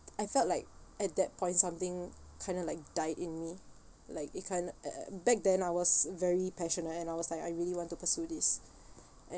I felt like at that point something kind of like die in me like it can't uh back then I was very passionate and I was like I really want to pursue this and